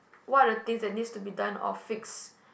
what are the things that need to be done or fixed